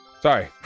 Sorry